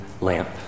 lamp